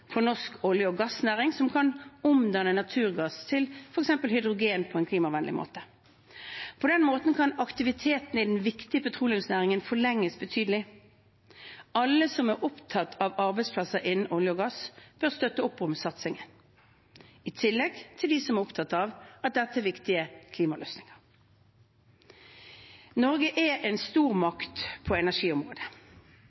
for norsk leverandørindustri og for norsk olje- og gassnæring, som kan omdanne naturgass til f.eks. hydrogen på en klimavennlig måte. På den måten kan aktiviteten i den viktige petroleumsnæringen forlenges betydelig. Alle som er opptatt av arbeidsplasser innen olje og gass, bør støtte opp om satsingen, i tillegg til dem som er opptatt av at dette er viktige klimaløsninger. Norge er en